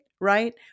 right